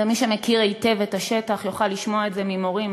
מי שמכיר היטב את השטח יוכל לשמוע את זה ממורים,